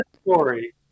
story